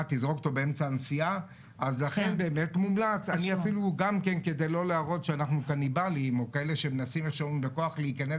כדי לא להראות שאנחנו מנסים להיכנס